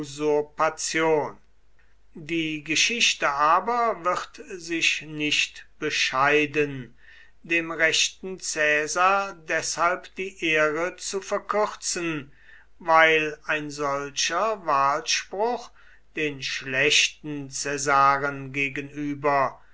usurpation die geschichte aber wird sich nicht bescheiden dem rechten caesar deshalb die ehre zu verkürzen weil ein solcher wahlspruch den schlechten caesaren gegenüber